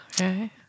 Okay